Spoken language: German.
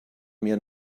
mir